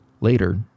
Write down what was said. Later